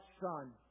son